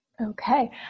Okay